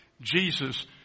Jesus